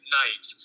night